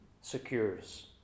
secures